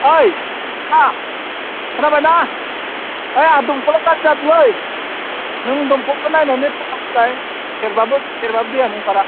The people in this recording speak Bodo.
ओइ मा खोनाबाय ना ओइ आहा दंखला गाज्रि जादोलै नों दंखलखौ नायनानै सेरबाबो सेरबाबो जाया दंखाला